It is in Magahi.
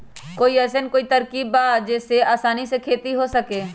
कोई अइसन कोई तरकीब बा जेसे आसानी से खेती हो सके?